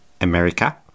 America